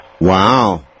Wow